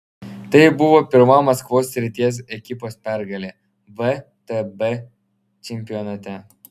tai buvo pirma maskvos srities ekipos pergalė vtb čempionate